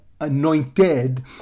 anointed